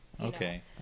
Okay